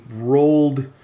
rolled